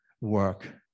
work